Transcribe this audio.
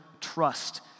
trust